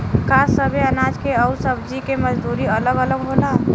का सबे अनाज के अउर सब्ज़ी के मजदूरी अलग अलग होला?